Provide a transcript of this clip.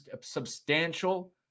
substantial